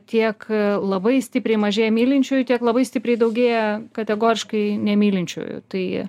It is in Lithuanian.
tiek labai stipriai mažėja mylinčiųjų tiek labai stipriai daugėja kategoriškai nemylinčiųjų tai